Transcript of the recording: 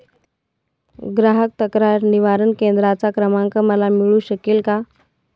ग्राहक तक्रार निवारण केंद्राचा क्रमांक मला मिळू शकेल का?